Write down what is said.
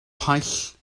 paill